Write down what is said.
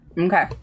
Okay